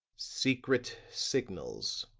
secret signals,